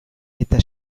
eta